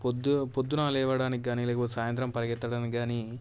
పొద్దు పొద్దున్న లేవడానికి కానీ లేకపోతే సాయంత్రం పరిగెత్తడానికి కానీ